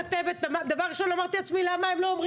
כבודה של הכנסת במושב הבא לכל מי שחושב לעלות בזום,